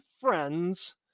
friends